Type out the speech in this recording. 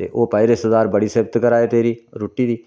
ते ओह् भई रिश्तेदार बड़ी सिफत करा दे तेरी रुट्टी दी